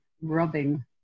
rubbing